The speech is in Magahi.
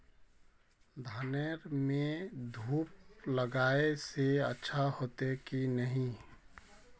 धानेर में धूप लगाए से अच्छा होते की नहीं?